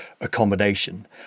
accommodation